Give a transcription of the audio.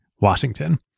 Washington